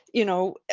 you know,